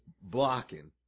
blocking